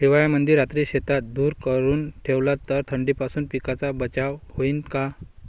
हिवाळ्यामंदी रात्री शेतात धुर करून ठेवला तर थंडीपासून पिकाचा बचाव होईन का?